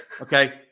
okay